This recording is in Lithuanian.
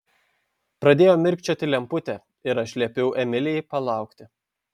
pradėjo mirkčioti lemputė ir aš liepiau emilijai palaukti